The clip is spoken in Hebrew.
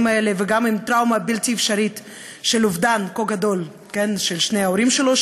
האלה וגם עם טראומה בלתי אפשרית של אובדן כה גדול של שני ההורים שלו,